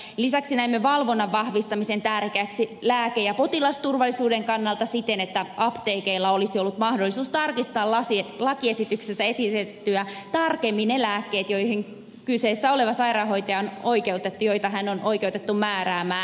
lisäksi näimme valvonnan vahvistamisen tärkeäksi lääke ja potilasturvallisuuden kannalta siten että apteekeilla olisi ollut mahdollisuus tarkistaa lakiesityksessä esitettyä tarkemmin ne lääkkeet joita kyseessä oleva sairaanhoitaja on oikeutettu määräämään